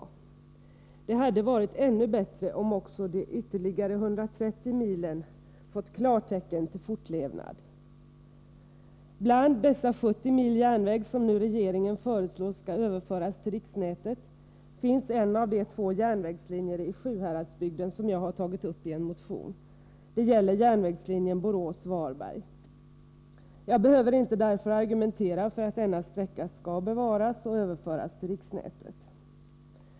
Men det hade varit ännu bättre om också de ytterligare 130 milen fått klartecken till fortlevnad. Bland dessa 70 mil järnväg, som nu regeringen föreslår skall överföras till riksnätet, finns en av de två järnvägslinjer i Sjuhäradsbygden som jag har tagit upp i en motion. Det gäller järnvägslinjen Borås-Varberg. Jag behöver därför inte argumentera för att denna sträcka skall bevaras och överföras till riksnätet.